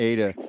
Ada